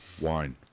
wine